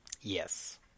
Yes